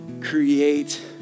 create